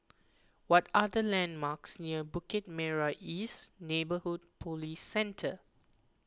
what are the landmarks near Bukit Merah East Neighbourhood Police Centre